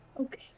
Okay